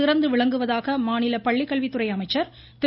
சிறந்து விளங்குவதாக மாநில பள்ளிக்கல்வித்துறை அமைச்சர் திரு